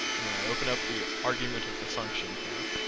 and then i open up the argument of the function here.